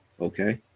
okay